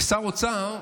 ושר האוצר,